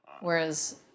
Whereas